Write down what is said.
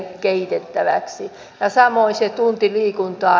ja samoin se tunti liikuntaa